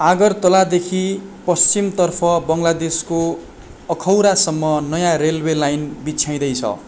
अगरतलादेखि पश्चिमतर्फ बङ्गलादेशको अखौरासम्म नयाँ रेलवे लाइन बिछ्याइँदैछ